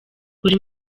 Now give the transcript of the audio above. buri